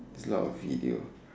a lot of video